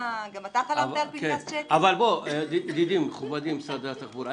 ידידי ומכובדי ממשרד התחבורה,